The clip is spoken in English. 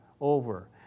over